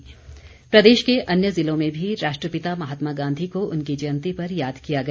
अन्य समारोह प्रदेश के अन्य ज़िलों में भी राष्ट्रपिता महात्मा गांधी को उनकी जयंती पर याद किया गया